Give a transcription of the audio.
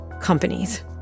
companies